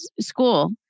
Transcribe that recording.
school